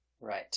Right